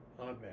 Amen